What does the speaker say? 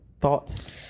thoughts